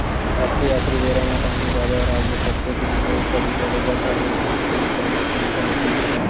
आखरी आखरी बेरा म पानी बादर आगे कतको दिन ले झड़ी बरोबर धरे रिहिस हे त नुकसान घलोक होइस हे